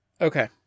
Okay